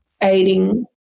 aiding